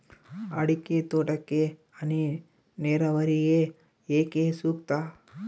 ಅಡಿಕೆ ತೋಟಕ್ಕೆ ಹನಿ ನೇರಾವರಿಯೇ ಏಕೆ ಸೂಕ್ತ?